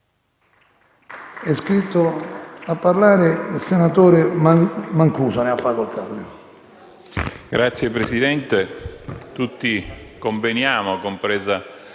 È iscritto a parlare il senatore Mancuso. Ne ha facoltà.